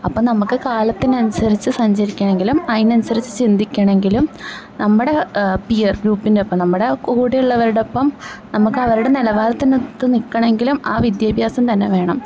അപ്പം നമുക്ക് കാലത്തിനനുസരിച്ച് സഞ്ചരിക്കണെങ്കിലും അതിനനുസരിച്ച് ചിന്തിക്കണെങ്കിലും നമ്മുടെ പിയർ ഗ്രൂപ്പിൻ്റെ ഇപ്പം നമ്മുടെ കൂടിള്ളവർടൊപ്പം നമുക്ക് അവരുടെ നിലവാരത്തിനൊത്ത് നിക്കണെങ്കിലും ആ വിദ്യാഭ്യാസം തന്നെ വേണം